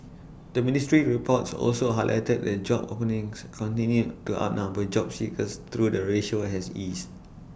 the ministry's reports also highlighted that job openings continued to outnumber job seekers though the ratio has eased